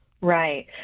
Right